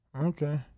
Okay